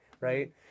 right